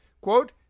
quote